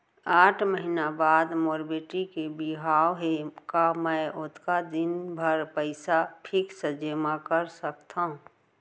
आठ महीना बाद मोर बेटी के बिहाव हे का मैं ओतका दिन भर पइसा फिक्स जेमा कर सकथव?